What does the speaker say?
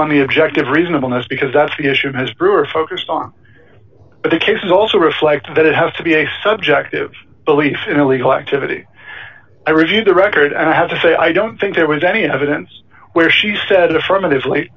on the objective reasonableness because that's the issue has brewer focused on the cases also reflect that it has to be a subjective belief in a legal activity i reviewed the record and i have to say i don't think there was any evidence where she said affirmative